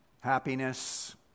happiness